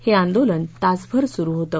हे आंदोलन तासभर सुरु होतं